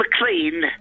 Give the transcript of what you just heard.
McLean